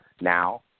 now